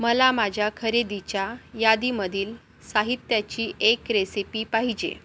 मला माझ्या खरेदीच्या यादीमधील साहित्याची एक रेसिपी पाहिजे